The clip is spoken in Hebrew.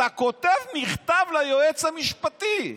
אתה כותב מכתב ליועץ המשפטי.